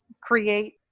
create